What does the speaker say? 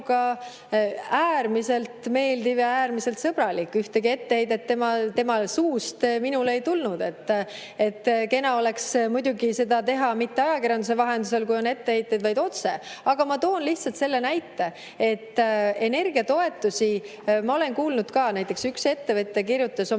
äärmiselt meeldiv ja äärmiselt sõbralik, ühtegi etteheidet tema suust minule ei tulnud. Kena oleks muidugi seda teha mitte ajakirjanduse vahendusel, kui on etteheiteid, vaid otse. Aga ma toon lihtsalt selle näite, mis ma olen kuulnud. Nimelt, üks ettevõte kirjutas oma